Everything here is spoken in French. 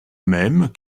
même